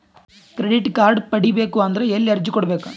Credit card ಪಡಿಬೇಕು ಅಂದ್ರ ಎಲ್ಲಿ ಅರ್ಜಿ ಕೊಡಬೇಕು?